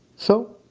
so,